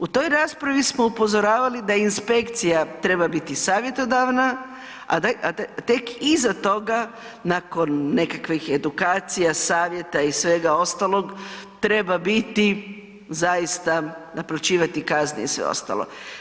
U toj raspravi smo upozoravali da inspekcija treba biti savjetodavna, a tek iza toga nakon nekakvih edukacija, savjeta i svega ostalog treba biti zaista naplaćivati kazne i sve ostalo.